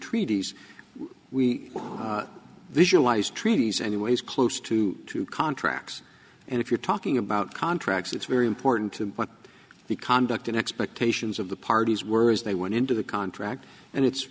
treaties we visualize treaties anyways close to two contracts and if you're talking about contracts it's very important to what the conduct and expectations of the parties were as they went into the contract and it's